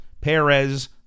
Perez